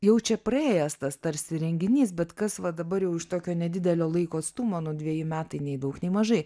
jau čia praėjęs tas tarsi renginys bet kas va dabar jau iš tokio nedidelio laiko atstumo nu dveji metai nei daug nei mažai